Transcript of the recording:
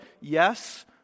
yes